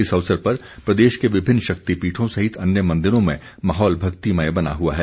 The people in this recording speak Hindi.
इस अवसर पर प्रदेश के विभिन्न शक्तिपीठों सहित अन्य मंदिरों में माहौल भक्तिमय बना हुआ है